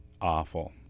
awful